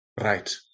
Right